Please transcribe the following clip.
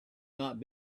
not